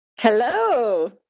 Hello